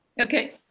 Okay